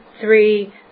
three